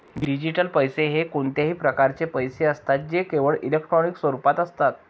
digital पैसे हे कोणत्याही प्रकारचे पैसे असतात जे केवळ इलेक्ट्रॉनिक स्वरूपात असतात